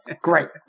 Great